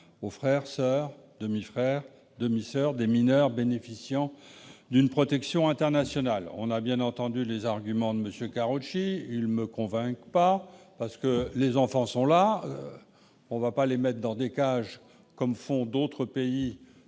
aux frères, soeurs, demi-frères et demi-soeurs des mineurs bénéficiant d'une protection internationale. Nous avons bien entendu les arguments de M. Karoutchi ; ils ne convainquent pas : les enfants sont là, on ne va pas les mettre dans des cages, comme font d'autres pays